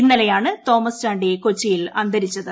ഇന്നലെയാണ് തോമസ് ചാി കൊച്ചിയിൽ അന്തരിച്ചത്